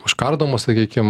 užkardomos sakykim